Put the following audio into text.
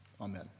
Amen